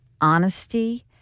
honesty